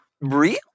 real